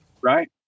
Right